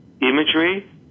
imagery